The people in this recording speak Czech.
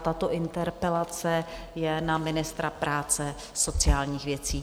Tato interpelace je na ministra práce a sociálních věcí.